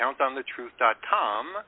CountOnTheTruth.com